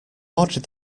ordered